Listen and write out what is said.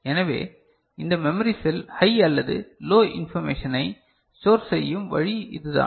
எனவே இந்த memory cell high அல்லது லோ இன்பர்மேஷனை ஸ்டோர் செய்யும் வழி இது தான்